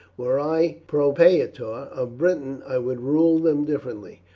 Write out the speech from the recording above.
were i propraetor of britain, i would rule them differently.